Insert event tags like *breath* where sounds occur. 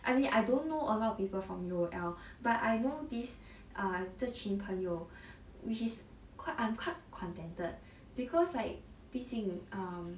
I mean I don't know a lot of people from U_O_L but I know this err 这群朋友 *breath* which is quite I'm quite contented because like 毕竟 err